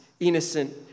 Innocent